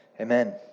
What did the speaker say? Amen